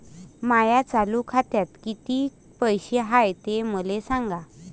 माया चालू खात्यात किती पैसे हाय ते मले सांगा